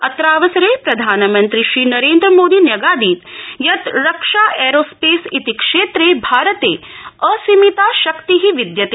अत्रावसरे प्रधानमन्त्री नरेन्द्रमोधी न्यगाधीत् यत् रक्षा ऐरो स्पेस् इति क्षेत्रे भारते असीमिता शक्ति विद्यते